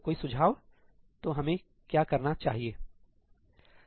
तो कोई सुझाव तो हमें क्या करना चाहिए